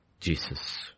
Jesus